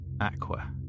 aqua